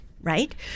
right